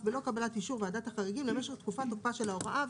בלא קבלת אישור ועדת החריגים למשך תקופת תוקפה של ההוראה,